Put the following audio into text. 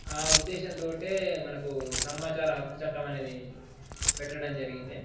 ఆ ఉద్దేశంతోటే మనకు సమాచార హక్కు చట్టం అనేది పెట్టడం జరిగింది